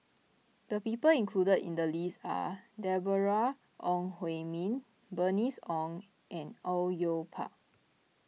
the people included in the list are Deborah Ong Hui Min Bernice Ong and Au Yue Pak